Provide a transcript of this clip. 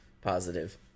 positive